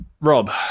Rob